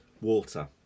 water